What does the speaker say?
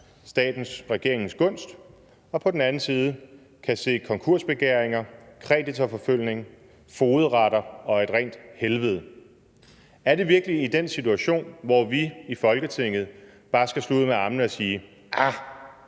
statens og regeringens gunst, og på den anden side kan se konkursbegæringer, kreditorforfølgning, fogedretter og et rent helvede for sig. Er det virkelig i den situation sådan, at vi i Folketinget bare skal slå ud med armene og sige: Ahr,